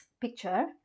picture